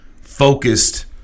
focused